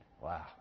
Wow